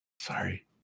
Sorry